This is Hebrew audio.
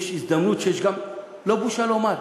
יש הזדמנות, ולא בושה לומר,